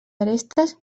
arestes